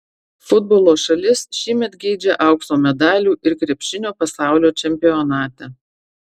futbolo šalis šiemet geidžia aukso medalių ir krepšinio pasaulio čempionate